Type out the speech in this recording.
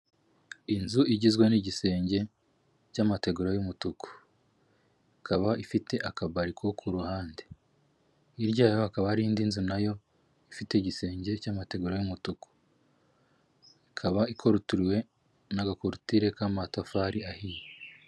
Inzu igizwe n'igisenge cy'amategura y'umutuku, ikaba ifite akabariko ku ruhande, hirya yaho hakaba hari indi nzu na yo ifite igisenge cy'amategura y'umutuku, ikaba ikorotiriwe n'agakorutire k'amatafari ahiye.